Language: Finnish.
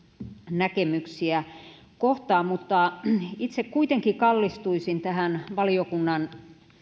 näkemyksiä kohtaan mutta itse kuitenkin kallistuisin valiokunnan